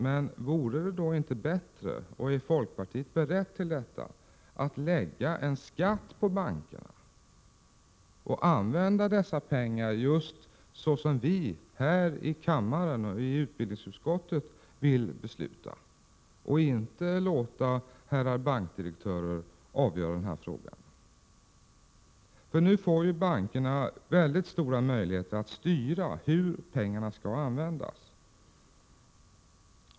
Men vore det inte bättre — och är folkpartiet berett att gå med på det — att lägga en skatt på bankerna och använda dessa pengar just så som vi här i kammaren och utbildningsutskottet vill fatta beslut om och inte låta herrar bankdirektörer avgöra denna fråga? Nu får bankerna mycket stora möjligheter att styra hur pengarna skall användas.